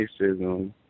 racism